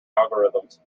algorithms